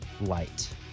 light